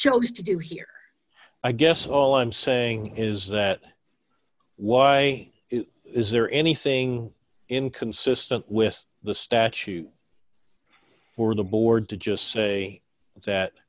chose to do here i guess all i'm saying is that why is there anything inconsistent with the statute for the board to just say that